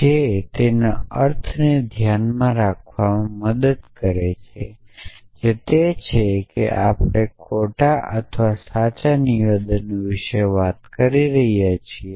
જે તેના અર્થને ધ્યાનમાં રાખવામાં મદદ કરે છે જે તે છે કે આપણે ખોટા અથવા સાચા નિવેદનો વિશે વાત કરી રહ્યા છીએ